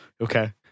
Okay